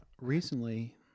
Recently